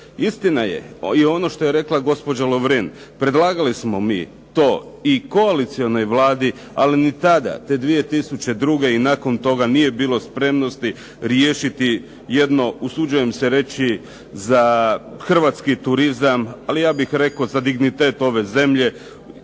Istina je i ono što je rekla gospođa Lovrin, predlagali smo mi to i koalicionoj Vladi ali ni tada te 2002. i nakon toga nije bilo spremnosti riješiti jedno usuđujem se reći za hrvatski turizam ali ja bih rekao i za dignitet ove zemlje